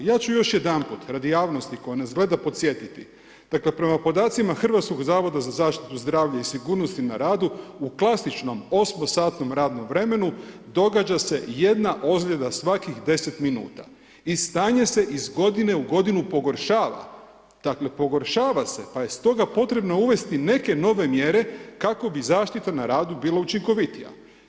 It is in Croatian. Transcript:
Ja ću još jedanput, radi javnosti, koja nas gleda podsjetiti, dakle, prema podacima Hrvatskog zavoda za zaštitu zdravlja i sigurnosti na radu, u klasičnom 8-satu radnom vremenu, događa se 1 ozljeda svakih 10 min i stanje se iz godine u godinu pogoršava, dakle, pogoršava se, pa je stoga potrebno uvesti neke nove mjere kako bi zaštita na radu bila učinkovitija.